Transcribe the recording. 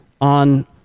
on